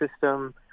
system